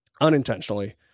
Unintentionally